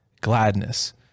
gladness